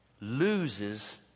loses